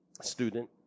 student